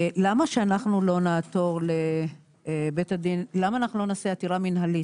למה שאנחנו לא נעשה עתירה מנהלית?